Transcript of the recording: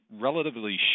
relatively